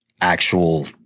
actual